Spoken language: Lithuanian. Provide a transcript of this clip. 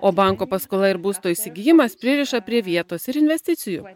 o banko paskola ir būsto įsigijimas pririša prie vietos ir investicijų